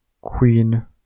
Queen